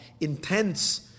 intense